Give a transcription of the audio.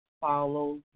follow